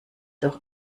doch